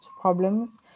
problems